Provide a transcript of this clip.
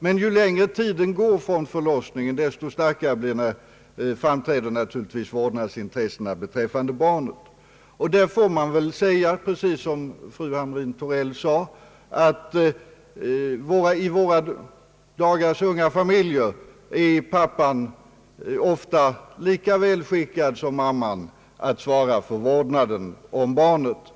Men ju längre tid som förflyter efter förlossningen desto starkare framträder naturligtvis vårdnadsintressena beträffande barnet. Där får man väl säga som fru Hamrin-Thorell sade att i våra dagars unga familjer är pappan ofta lika väl skickad som mamman att svara för vårdnaden av barnet.